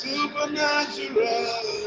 Supernatural